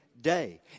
day